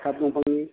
सात दंफांनि